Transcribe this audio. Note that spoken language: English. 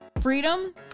freedom